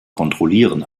kontrollieren